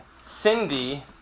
Cindy